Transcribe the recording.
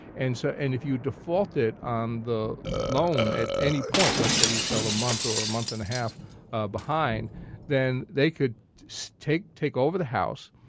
and so and if you defaulted on the loan at any point let's say you fell a month or a month and a half ah behind then they could so take take over the house,